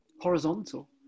horizontal